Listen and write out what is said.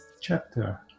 chapter